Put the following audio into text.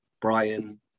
Brian